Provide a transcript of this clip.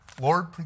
Lord